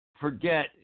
forget